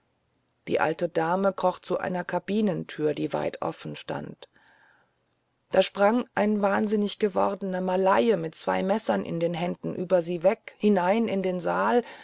die alte dame kroch zu einer kabinentür die weit offen stand da sprang ein wahnsinnig gewordener malaye mit zwei messern in den händen über sie weg hinein in den saal